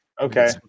Okay